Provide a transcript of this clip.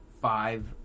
five